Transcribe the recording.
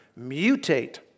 mutate